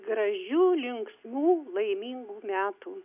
gražių linksmų laimingų metų